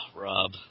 Rob